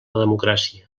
democràcia